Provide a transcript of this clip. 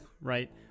right